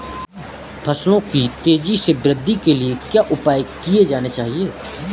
फसलों की तेज़ी से वृद्धि के लिए क्या उपाय किए जाने चाहिए?